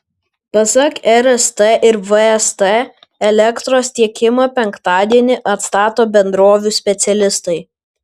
pasak rst ir vst elektros tiekimą penktadienį atstato bendrovių specialistai